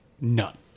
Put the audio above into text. None